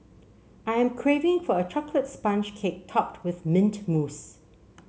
I am craving for a chocolate sponge cake topped with mint mousse